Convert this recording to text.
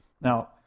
Now